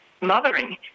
mothering